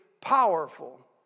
powerful